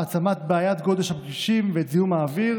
העצמת בעיית גודש הכבישים וזיהום האוויר